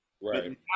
Right